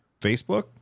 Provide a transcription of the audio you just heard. Facebook